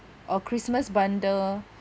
or christmas bundle